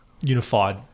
unified